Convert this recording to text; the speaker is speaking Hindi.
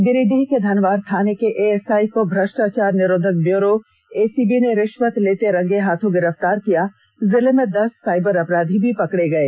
गिरिडीह के धनवार थाने के ए एस आई को भ्रष्टाचार निरोधक ब्यूरोएसीबी ने रिष्वत लेते रंगे हाथ गिरफ्तार किया जिले में दस साइबर अपराधी भी पकड़े गये